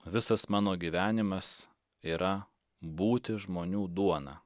visas mano gyvenimas yra būti žmonių duona